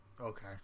Okay